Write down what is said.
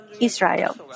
Israel